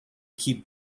keep